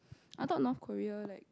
I thought North-Korea like